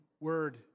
word